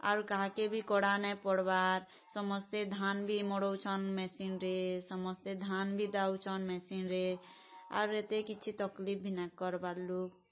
ଆରୁ କାହାକେ ଭି କଡ଼ା ନାଇଁ ପଡ଼୍ବାର୍ ସମସ୍ତେ ଧାନ୍ ଭି ମଡ଼ଉଛନ୍ ମେସିନ୍ରେ ସମସ୍ତେ ଧାନ୍ ଭି ଦାଉଛନ୍ ମେସିନ୍ରେ ଆରୁ ଏତେ କିଛି ଭି ତକ୍ଲିଫ୍ ଭି ନାଇଁ କର୍ବାର୍ ଲୁକ୍